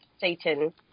Satan